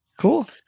Cool